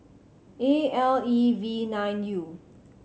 A L E V nine U